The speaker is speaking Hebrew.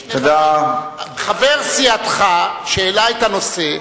חבר סיעתך, שהעלה את הנושא,